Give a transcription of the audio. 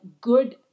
good